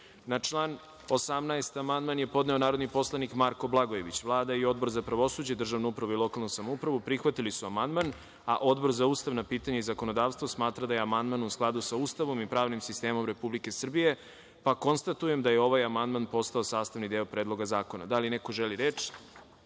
član 8. amandman je podneo narodni poslanik Zoran Živković. Vlada i Odbor za pravosuđe, državnu upravu i lokalnu samoupravu prihvatili su amandman. Odbor za ustavna pitanja i zakonodavstvo smatra da je amandman u skladu sa Ustavom i pravnim sistemom Republike Srbije. Konstatujem da je ovaj amandman postao sastavni deo Predloga zakona. Da li neko želi reč? Reč